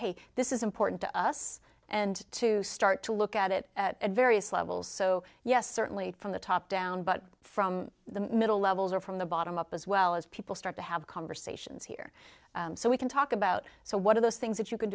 hey this is important to us and to start to look at it at various levels so yes certainly from the top down but from the middle levels or from the bottom up as well as people start to have conversations here so we can talk about so what are those things that you can